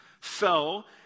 fell